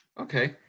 Okay